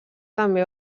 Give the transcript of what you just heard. també